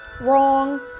Wrong